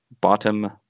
bottom